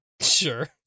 sure